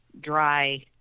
Dry